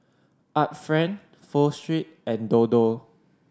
Art Friend Pho Street and Dodo